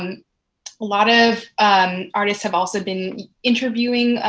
a lot of artists have also been interviewing